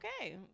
okay